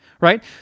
Right